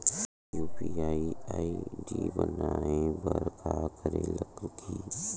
UPI ID बनाये बर का करे ल लगही?